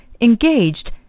engaged